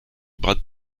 brad